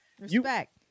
Respect